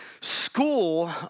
school